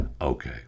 Okay